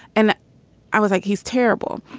and i was like he's terrible.